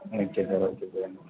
okay sir okay sir